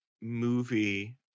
movie